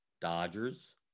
Dodgers